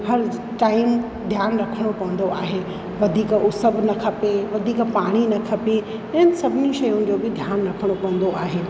हर टाइम ध्यानु रखिणो पवंदो आहे वधीक उस बि न खपे वधीक पाणी न खपे उन्हनि सभिनी शयुनि जो बि ध्यानु रखिणो पवंदो आहे